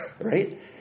right